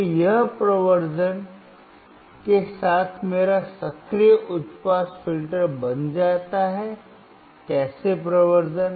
तो यह प्रवर्धन के साथ मेरा सक्रिय उच्च पास फिल्टर बन जाता है कैसे प्रवर्धन